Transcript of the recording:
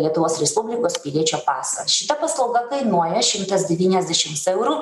lietuvos respublikos piliečio pasą šita paslauga kainuoja šimtas devyniasdešims eurų